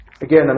Again